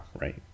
right